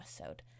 episode